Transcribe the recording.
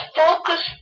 focus